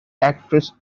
actress